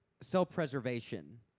self-preservation